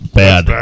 bad